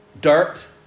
Dirt